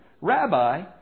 Rabbi